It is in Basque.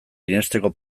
irensteko